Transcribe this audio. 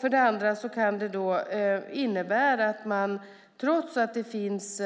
För det andra kan det innebära man trots att det finns